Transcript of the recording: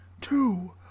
two